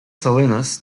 salinas